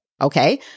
Okay